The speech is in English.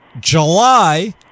July